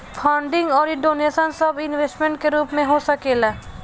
funding अउर donation सब investment के रूप में हो सकेला